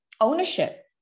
ownership